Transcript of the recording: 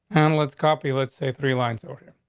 analysts copy. let's say three lines over here.